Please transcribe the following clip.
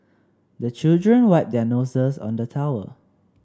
the children wipe their noses on the towel